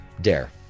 dare